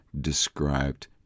described